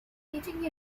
teaching